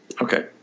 Okay